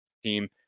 team